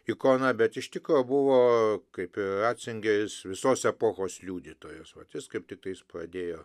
ikona bet iš tikro buvo kaip ir racingeris visos epochos liudytojas vat jis kaip tiktais pradėjo